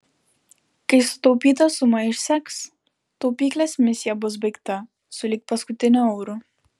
kai sutaupyta suma išseks taupyklės misija bus baigta sulig paskutiniu euru